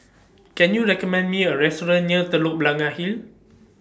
Can YOU recommend Me A Restaurant near Telok Blangah Hill